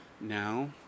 Now